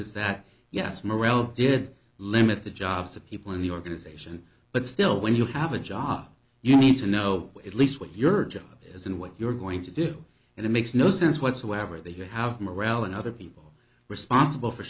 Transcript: is that yes mirelle did limit the jobs of people in the organization but still when you have a job you need to know at least what your job is and what you're going to do and it makes no sense whatsoever that you have morale and other people responsible for